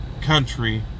country